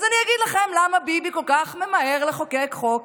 אז אני אגיד לכם למה ביבי כל כך ממהר לחוקק חוק